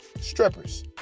Strippers